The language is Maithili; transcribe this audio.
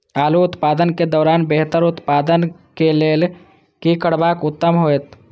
आलू उत्पादन के दौरान बेहतर उत्पादन के लेल की करबाक उत्तम होयत?